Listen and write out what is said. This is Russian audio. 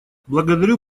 благодарю